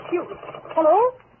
Hello